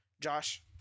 Josh